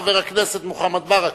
חבר הכנסת מוחמד ברכה.